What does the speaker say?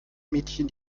mädchen